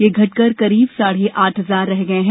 यह घटकर करीब साढे आठ हजार रह गये हैं